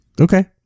Okay